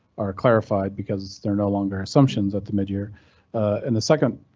are clarified because they're no longer assumptions at the mid year and the second,